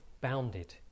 bounded